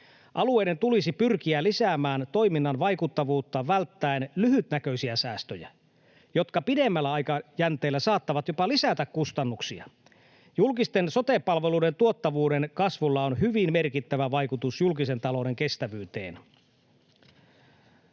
Alueiden tulisi pyrkiä lisäämään toiminnan vaikuttavuutta välttäen lyhytnäköisiä säästöjä, jotka pidemmällä aikajänteellä saattavat jopa lisätä kustannuksia. Julkisten sote-palveluiden tuottavuuden kasvulla on hyvin merkittävä vaikutus julkisen talouden kestävyyteen.